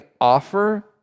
offer